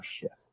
shift